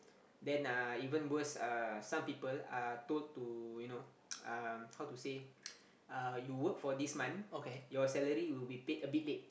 then uh even worse uh some people are told to you know um how to say uh you work for this month your salary will be paid a bit late